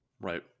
right